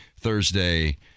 Thursday